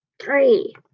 Three